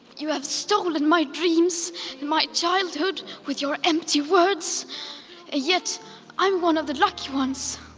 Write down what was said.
you have stolen my dreams and my childhood with your empty words. and yet i'm one of the lucky ones.